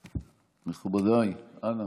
מכובדיי, אנא,